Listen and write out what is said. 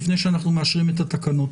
לפני שאנחנו מאשרים את התקנות